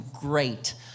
great